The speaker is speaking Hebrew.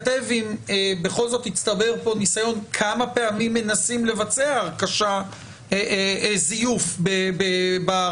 בכל זאת הצטבר פה ניסיון כמה פעמים מנסים לבצע זיון בהרכשה.